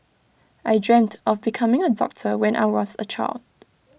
I dreamt of becoming A doctor when I was A child